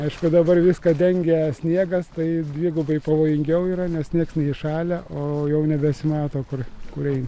aišku dabar viską dengia sniegas tai dvigubai pavojingiau yra nes nieks neįšalę o jau nebesimato kur kūr eit